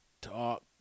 talk